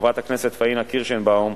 חברת הכנסת פאינה קירשנבאום,